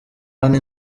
hano